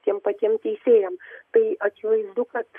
tiem patiem teisėjam tai akivaizdu kad